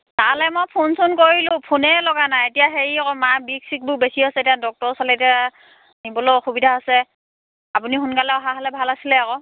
তালে মই ফোন চোন কৰিলোঁ ফোনেই লগা নাই এতিয়া হেৰি আকৌ মা বিষ ছিখবোৰ বেছি হৈছে এতিয়া ডক্টৰ ওচৰলৈ এতিয়া নিবলৈ অসুবিধা হৈছে আপুনি সোনকালে অহা হ'লে ভাল আছিলে আকৌ